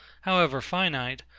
however finite,